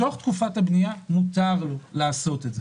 בתוך תקופת הבנייה מותר לו לעשות את זה.